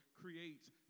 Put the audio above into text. creates